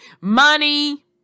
money